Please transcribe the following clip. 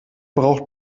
braucht